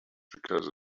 because